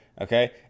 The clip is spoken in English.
okay